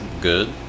good